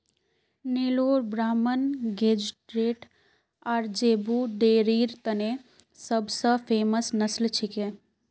नेलोर ब्राह्मण गेज़रैट आर ज़ेबू डेयरीर तने सब स फेमस नस्ल छिके